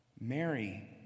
Mary